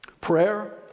Prayer